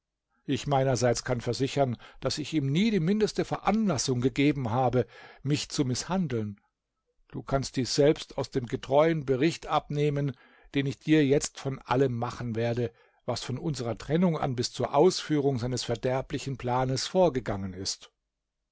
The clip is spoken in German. ich meinerseits kann versichern daß ich ihm nie die mindeste veranlassung gegeben habe mich zu mißhandeln du kannst dies selbst aus dem getreuen bericht abnehmen den ich dir jetzt von allem machen werde was von unserer trennung an bis zur ausführung seines verderblichen planes vorgegangen ist